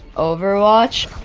overwatch.